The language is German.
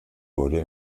wurde